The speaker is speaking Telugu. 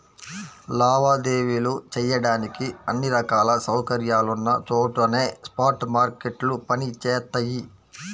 లావాదేవీలు చెయ్యడానికి అన్ని రకాల సౌకర్యాలున్న చోటనే స్పాట్ మార్కెట్లు పనిచేత్తయ్యి